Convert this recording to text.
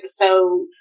episode